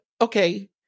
okay